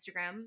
Instagram